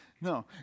no